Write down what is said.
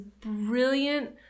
brilliant